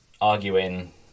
arguing